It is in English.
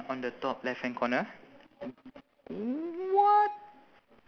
on the top left hand corner what